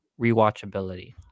rewatchability